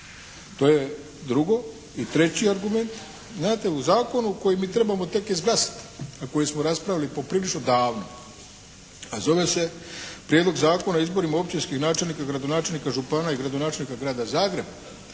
To je drugo. I treći argument. Znate u zakonu koji mi trebamo tek izglasati, a koji smo raspravili poprilično davno a zove se Prijedlog zakona o izborima općinskih načelnika, gradonačelnika, župana i gradonačelnika Grada Zagreba